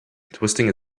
twisting